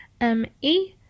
M-E